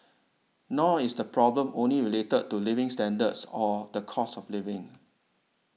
nor is the problem only related to living standards or the cost of living